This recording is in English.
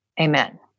Amen